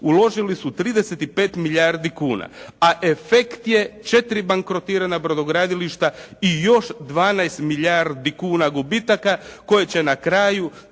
uložili su 35 milijardi kuna, a efekt je 4 bankrotirana brodogradilišta i još 12 milijardi kuna gubitaka koje će na kraju